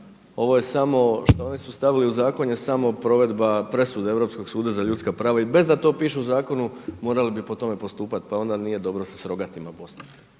ovo je samo što su oni stavili u zakon je samo provedba presude Europskog suda za ljudska prava. I bez da to piše u zakonu morali bi po tome postupati, pa onda nije dobro se s rogatima bosti.